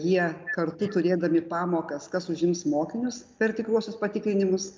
jie kartu turėdami pamokas kas užims mokinius per tikruosius patikrinimus